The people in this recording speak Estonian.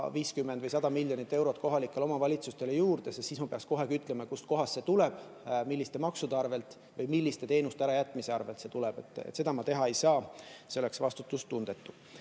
50 või 100 miljonit eurot kohalikele omavalitsustele juurde, sest siis ma peaks kohe ka ütlema, kustkohast see tuleb, milliste maksude abil või milliste teenuste ärajätmise hinnaga see tuleb. Seda ma teha ei saa, see oleks vastutustundetu. Nüüd,